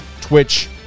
Twitch